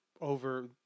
over